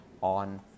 on